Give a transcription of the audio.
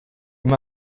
ihm